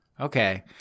Okay